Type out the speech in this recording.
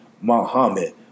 Muhammad